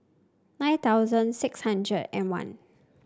nine thousand six hundred and one